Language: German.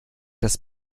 das